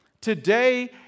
Today